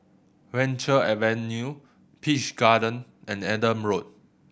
Venture Avenue Peach Garden and Adam Road